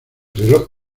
reloj